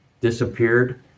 disappeared